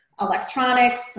electronics